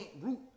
root